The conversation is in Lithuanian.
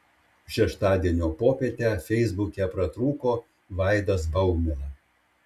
šeštadienio popietę feisbuke pratrūko vaidas baumila